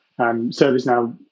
ServiceNow